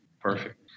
Perfect